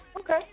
Okay